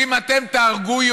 תעשו את זה ולא תעשו את זה.